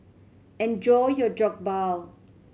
enjoy your Jokbal